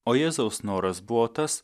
o jėzaus noras buvo tas